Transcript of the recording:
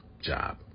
job